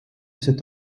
cet